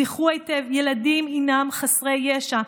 זכרו היטב: ילדים הם חסרי ישע.